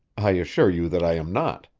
i assure you that i am not.